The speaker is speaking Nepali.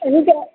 हुन्छ